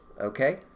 okay